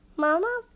mama